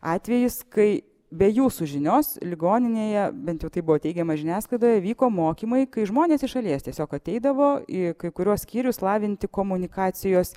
atvejis kai be jūsų žinios ligoninėje bent jau taip buvo teigiama žiniasklaidoje vyko mokymai kai žmonės iš šalies tiesiog ateidavo į kai kuriuos skyrius lavinti komunikacijos